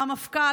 המפכ"ל,